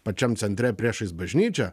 pačiam centre priešais bažnyčią